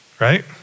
right